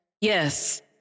Yes